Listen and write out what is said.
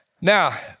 Now